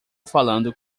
falando